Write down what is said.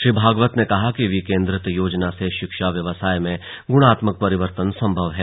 श्री भागवत ने कहा कि विकेंद्रित योजना से शिक्षा व्यवस्था में गुणात्मक परिवर्तन संभव है